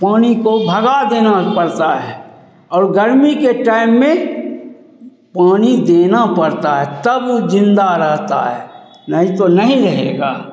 पानी को भगा देना पड़ता है और गर्मी के टाइम में पानी देना पड़ता है तब वह ज़िंदा रहता है नहीं तो नहीं रहेगा